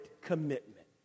commitment